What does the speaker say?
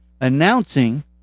announcing